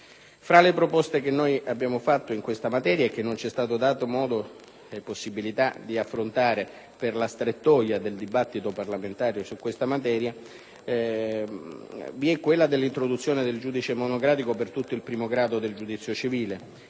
Fra le proposte che abbiamo fatto in questa materia, che non ci è stato dato modo e possibilità di affrontare per le strettoie del dibattito parlamentare, vi è quella dell'introduzione del giudice monocratico per tutto il primo grado del giudizio civile,